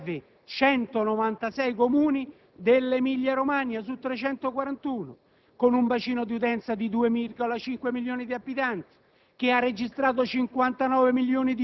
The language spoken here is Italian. La HERA serve 196 Comuni dell'Emilia-Romagna su 341, con un bacino di utenza di 2,5 milioni di abitanti,